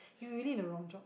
you really the wrong job